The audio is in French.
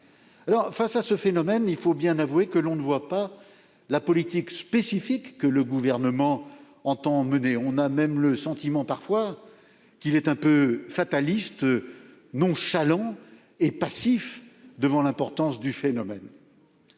Face à ce phénomène, il faut bien avouer que l'on ne voit pas la politique spécifique que le Gouvernement entend mener. On a même parfois le sentiment qu'il est un peu fataliste, nonchalant et passif devant l'importance du phénomène